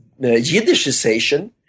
Yiddishization